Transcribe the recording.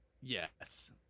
Yes